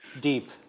deep